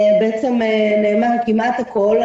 נאמר כמעט הכול.